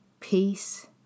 Peace